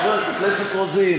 חברת הכנסת רוזין.